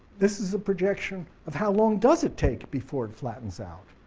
this is a projection of how long does it take before it flattens out.